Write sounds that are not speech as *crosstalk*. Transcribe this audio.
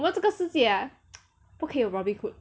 我们这个世界 ah *noise* 不可以有 robin hood